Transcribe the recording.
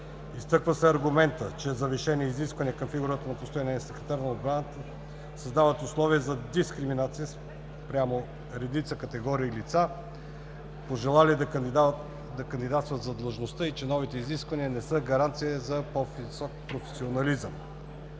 Изтъква се аргументът, че завишените изисквания към фигурата на постоянния секретар на отбраната създават условия за дискриминация спрямо редица категории лица, пожелали да кандидатстват за длъжността и че новите изисквания не са гаранция за по-висок професионализъм.